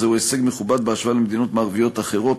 וזהו הישג מכובד בהשוואה למדינות מערביות אחרות.